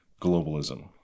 globalism